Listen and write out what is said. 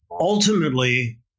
ultimately